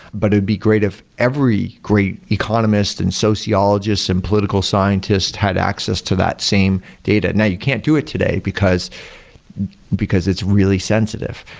but it would be great if every great economists and sociologists and political scientists had access to that same data. and you can't do it today, because because it's really sensitive,